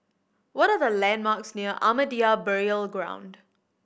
what are the landmarks near Ahmadiyya Burial Ground